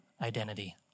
identity